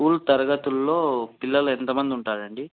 school తరగతుల్లో పిల్లలు ఎంతమంది ఉంటారండి